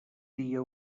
dia